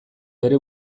bere